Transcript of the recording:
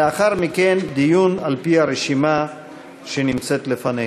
לאחר מכן דיון על-פי הרשימה שנמצאת לפנינו.